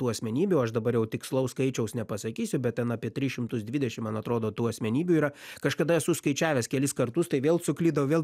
tų asmenybių aš dabar jau tikslaus skaičiaus nepasakysiu bet ten apie tris šimtus dvidešim man atrodo tų asmenybių yra kažkada esu skaičiavęs kelis kartus tai vėl suklydau vėl